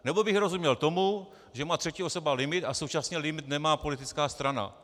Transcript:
Nebo bych rozuměl tomu, že má třetí osoba limit a současně limit nemá politická strana.